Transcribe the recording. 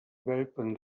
welpen